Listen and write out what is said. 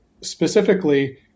specifically